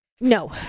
No